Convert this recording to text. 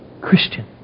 Christian